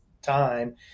time